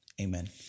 Amen